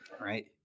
right